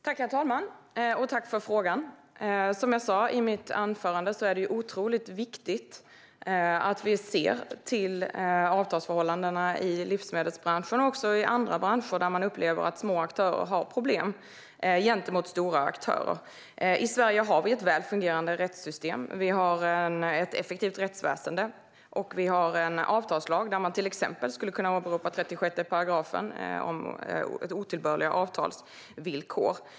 Herr talman! Tack för frågan! Som jag sa i mitt anförande är det otroligt viktigt att vi ser till avtalsförhållandena i livsmedelsbranschen och också i andra branscher där man upplever att små aktörer har problem gentemot stora aktörer. I Sverige har vi ett väl fungerande rättssystem, och vi har ett effektivt rättsväsen. Vi har en avtalslag där man till exempel skulle kunna åberopa 36 § om otillbörliga avtalsvillkor.